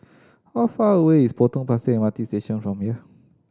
how far away is Potong Pasir M R T Station from here